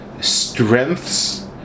strengths